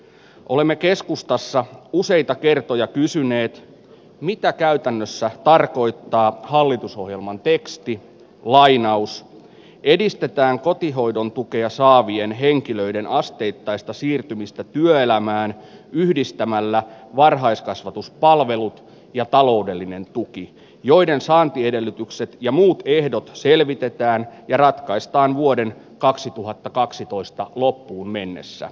olemme keskustassa useita kertoja pysyneet mikä käytännössä tarkoittaa hallitusohjelman teksti lainaus edistetään kotihoidon tukea saavien henkilöiden asteittaista siirtymistä työelämään yhdistämällä varhaiskasvatuspalvelu ja taloudellinen tuki joiden saantiedellytykset ja muut ehdot selvitetään ja ratkaistaan vuoden kaksituhattakaksitoista loppuun mennessä